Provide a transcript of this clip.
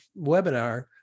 webinar